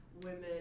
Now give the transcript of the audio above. women